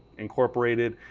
incorporated.